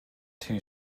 two